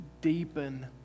deepen